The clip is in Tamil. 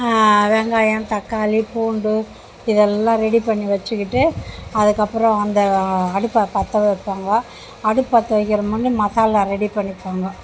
வெங்காயம் தக்காளி பூண்டு இதெல்லாம் ரெடி பண்ணி வெச்சுக்கிட்டு அதுக்கப்புறம் அந்த அடுப்பை பற்ற வைப்பாங்கோ அடுப்பை பற்ற வைக்கிற முன்னே மசாலா ரெடி பண்ணிப்பாங்க